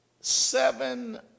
seven